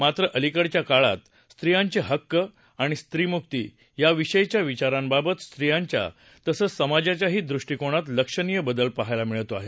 मात्र अलिकडच्या काळात स्वियांचे हक्क आणि स्त्रीमुक्ती याविषयीच्या विचारांबाबत स्त्रियांच्या तसंच समाजाच्याही दृष्टिकोनात लक्षणीय बदल पहायला मिळतो आहे